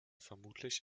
vermutlich